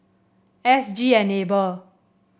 S G Enable